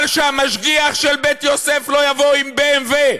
אבל שהמשגיח של בית-יוסף לא יבוא עם ב.מ.וו.